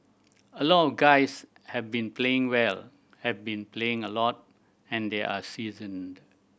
a lot of the guys have been playing well have been playing a lot and they're seasoned